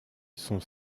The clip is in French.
son